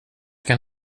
kan